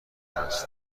است